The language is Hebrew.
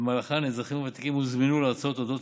ובמהלכן האזרחים הוותיקים הוזמנו להרצאות על אודות